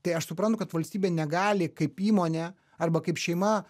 tai aš suprantu kad valstybė negali kaip įmonė arba kaip šeima